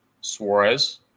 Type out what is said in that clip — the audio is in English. Suarez